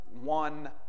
one